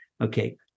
Okay